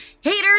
Haters